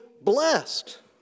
blessed